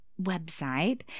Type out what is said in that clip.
website